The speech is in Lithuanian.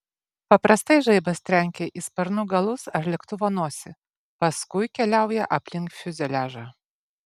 paprastai žaibas trenkia į sparnų galus ar lėktuvo nosį paskui keliauja aplink fiuzeliažą